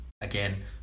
Again